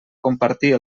compartir